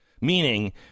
meaning